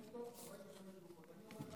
אני אומר לך